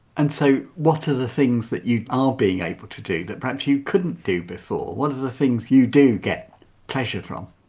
and so, what are the things that you are being able to do that perhaps you couldn't do before, what are the things you do get pleasure from?